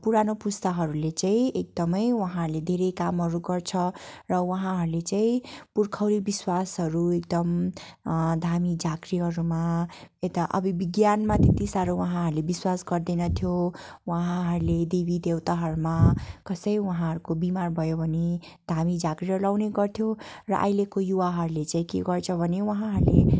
पुरानो पुस्ताहरूले चाहिँ एकदमै उहाँहरूले धेरै कामहरू गर्छ र उहाँहरूले चाहिँ पुर्खौली विश्वासहरू एकदम धामी झाँक्रीहरूमा यता अब विज्ञानमा त्यति साह्रो उहाँहरूले विश्वास गर्दैन थियो उहाँहरूले देवी देवताहरूमा कसै उहाँहरूको बिमार भयो भने धामी झाँक्रीलाई लगाउने गर्थ्यो र अहिलेको युवाहरूले चाहिँ के गर्छ भने उहाँहरूले